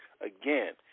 Again